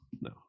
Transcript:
no